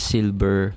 Silver